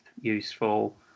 useful